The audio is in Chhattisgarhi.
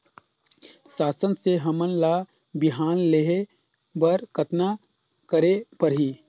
शासन से हमन ला बिहान लेहे बर कतना करे परही?